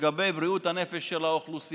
מאוד על בריאות הנפש של האוכלוסייה.